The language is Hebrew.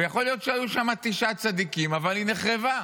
ויכול להיות שהיו שם תשעה צדיקים, אבל היא נחרבה,